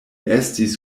estis